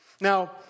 Now